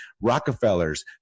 Rockefellers